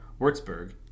Würzburg